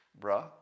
bruh